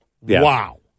wow